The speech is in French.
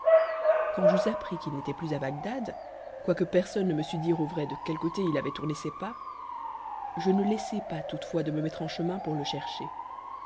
quand j'eus appris qu'il n'était plus à bagdad quoique personne ne me sut dire au vrai de quel côté il avait tourné ses pas je ne laissai pas toutefois de me mettre en chemin pour le chercher